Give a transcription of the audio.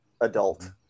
adult